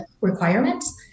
requirements